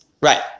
Right